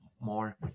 more